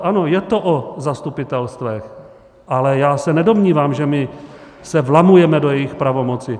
Ano, je to o zastupitelstvech, ale já se nedomnívám, že se vlamujeme do jejich pravomoci.